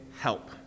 help